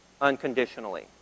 unconditionally